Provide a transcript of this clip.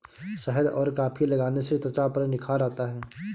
शहद और कॉफी लगाने से त्वचा पर निखार आता है